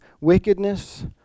wickedness